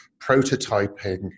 prototyping